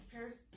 Paris